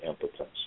impotence